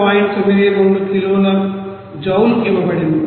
92 కిలోల జౌల్కు ఇవ్వబడుతుంది